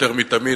יותר מתמיד,